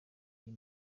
iyi